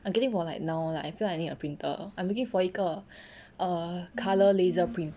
I'm getting for like now lah I feel like I need a printer I'm looking for 一个 err colour laser print